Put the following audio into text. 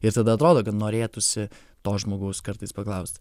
ir tada atrodo kad norėtųsi to žmogaus kartais paklaust